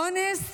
אונס